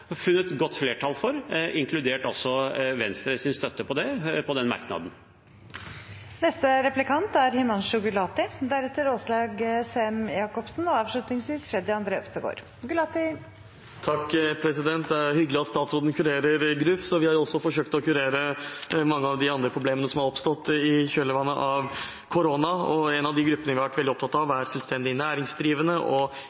funnet godt flertall for, inkludert Venstres støtte til det, i den merknaden. Det er hyggelig at statsråden kurerer gruff. Vi har jo også forsøkt å kurere mange av de andre problemene som har oppstått i kjølvannet av korona, og en av de gruppene vi har vært veldig opptatt av, er selvstendig næringsdrivende og